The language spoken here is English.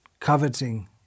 coveting